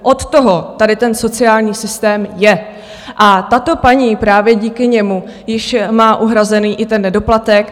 Od toho tady ten sociální systém je a tato paní právě díky němu již má uhrazený i ten nedoplatek.